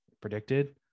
predicted